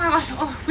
oh my gosh oh